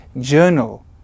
Journal